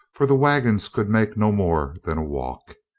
for the wagons could make no more than a walk.